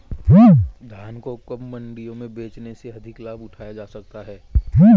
धान को कब मंडियों में बेचने से अधिक लाभ उठाया जा सकता है?